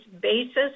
basis